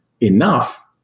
enough